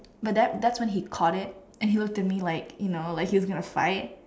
but that that's when he caught it and he was to me like you know he was going to fight